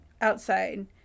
Outside